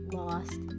lost